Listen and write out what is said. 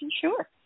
sure